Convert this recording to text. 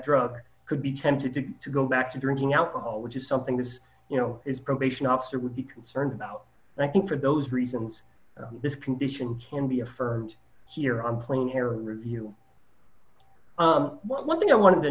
drug could be tempted to go back to drinking alcohol which is something that you know is probation officer would be concerned about and i think for those reasons this condition can be affirmed here i'm planning a review one thing i wanted to